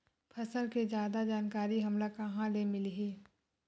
फसल के जादा जानकारी हमला कहां ले मिलही?